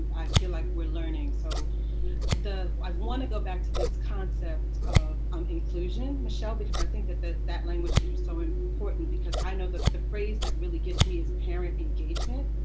i feel like we are learning. so i want to go back to this concept of um inclusion, michelle, because i think that that that language is so important because i know that the phrase that really gets me is parent engagement.